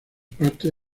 parte